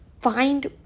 find